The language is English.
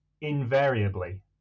invariably